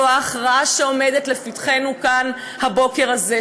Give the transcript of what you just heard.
זו ההכרעה שעומדת לפתחנו כאן הבוקר הזה,